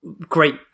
great